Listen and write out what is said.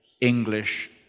English